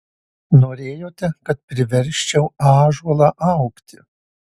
norėjote kad priversčiau ąžuolą augti